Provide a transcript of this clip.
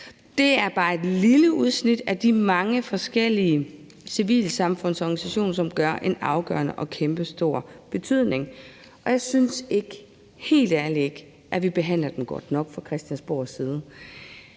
Det er bare et lille udsnit af de mange forskellige civilsamfundsorganisationer, som har en afgørende og kæmpestor betydning. Jeg synes helt ærligt ikke, at vi behandler dem godt nok fra Christiansborg side.